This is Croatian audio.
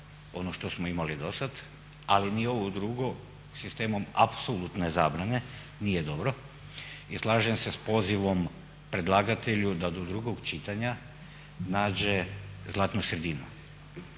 ono što smo imali dosad ali ni ovo drugo, sistemom apsolutne zabrane nije dobro. I slažem se s pozivom predlagatelju da do drugog čitanja nađe zlatnu sredinu.